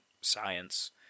science